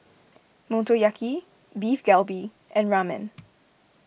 Motoyaki Beef Galbi and Ramen